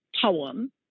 poem